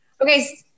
okay